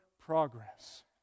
progress